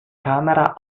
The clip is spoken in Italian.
camera